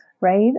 right